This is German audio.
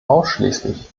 ausschließlich